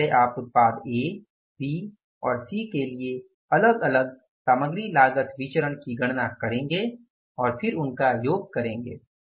सबसे पहले आप उत्पाद ए बी और सी के लिए अलग अलग सामग्री लागत विचरण की गणना करेंगे और फिर उनका योग करेंगे